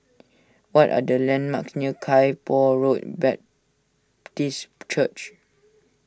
what are the landmark near Kay Poh Road Baptist Church